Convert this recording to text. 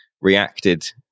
reacted